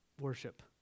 worship